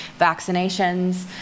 vaccinations